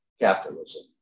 capitalism